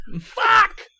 Fuck